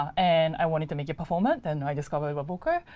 and i wanted to make it performant, and i discovered webworker.